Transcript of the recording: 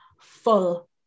full